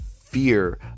fear